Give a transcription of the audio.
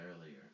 earlier